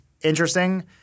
interesting